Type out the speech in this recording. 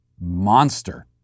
monster